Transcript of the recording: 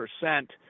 percent